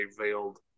veiled